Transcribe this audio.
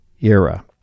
era